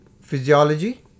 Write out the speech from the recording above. Physiology